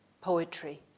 poetry